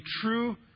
true